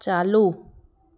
चालू